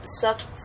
Sucks